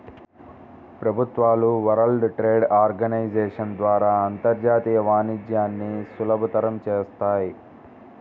ప్రభుత్వాలు world trade organisation ద్వారా అంతర్జాతీయ వాణిజ్యాన్ని సులభతరం చేత్తాయి